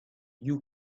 you